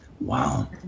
Wow